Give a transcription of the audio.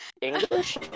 English